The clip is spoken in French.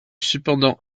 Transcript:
cependant